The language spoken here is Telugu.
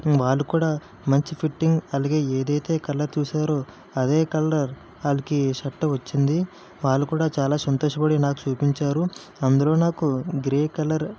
వాళ్ళు కూడా మంచి ఫిట్టింగ్ అలాగే ఏదైతే కలర్ చూసారో అదే కలర్ ఆళ్ళకి షర్టు వచ్చింది వాళ్ళు కూడా చాలా సంతోషపడి నాకు చూపించారు అందరూ నాకు గ్రే కలర్